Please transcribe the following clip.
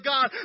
God